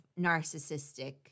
narcissistic